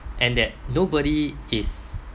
and that nobody is